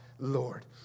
Lord